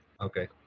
Okay